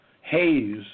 haze